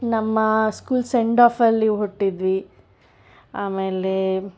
ನಮ್ಮ school send off ಅಲ್ಲಿ ಹುಟ್ಟಿದ್ವಿ ಆಮೇಲೆ